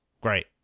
great